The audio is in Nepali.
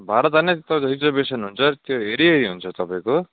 भाडा जाने त त्यो रिजर्भवेसन हुन्छ त्यो हेरी हेरी हुन्छ तपाईँको